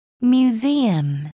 museum